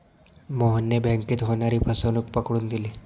मोहनने बँकेत होणारी फसवणूक पकडून दिली